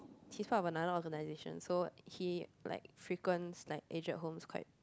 he's part by another organisation so he like frequents like aged homes like quite